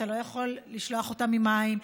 אתה לא יכול לשלוח אותם עם מים,